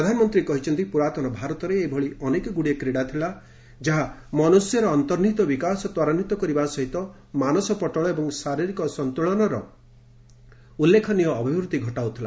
ପ୍ରଧାନମନ୍ତ୍ରୀ କହିଛନ୍ତି ପୁରାତନ ଭାରତରେ ଏଭଳି ଅନେକଗୁଡ଼ିଏ କ୍ରୀଡ଼ା ଥିଲା ଯାହା ମନୁଷ୍ୟର ଅନ୍ତର୍ନିହିତ ବିକାଶ ତ୍ୱରାନ୍ୱିତ କରିବା ସହିତ ମାନସପଟଳ ଏବଂ ଶାରୀରିକ ସନ୍ତୁଳନର ଉଲ୍ଲେଖନୀୟ ଅଭିବୃଦ୍ଧି ଘଟାଉଥିଲା